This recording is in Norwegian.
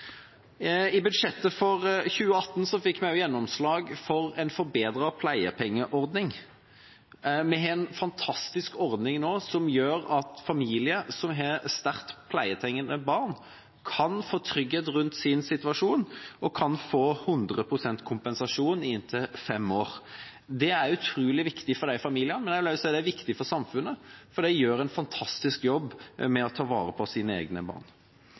I budsjettet for 2018 fikk vi også gjennomslag for en forbedret pleiepengeordning. Vi har nå en fantastisk ordning som gjør at familier som har sterkt pleietrengende barn, kan få trygghet rundt sin situasjon og få 100 pst. kompensasjon i inntil fem år. Det er utrolig viktig for de familiene, men jeg vil også si det er viktig for samfunnet, for de gjør en fantastisk jobb med å ta vare på sine egne barn.